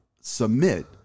submit